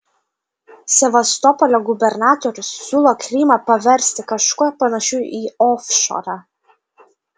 sevastopolio gubernatorius siūlo krymą paversti kažkuo panašiu į ofšorą